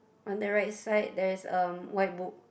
on the right side there is um white book